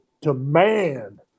demand